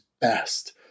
best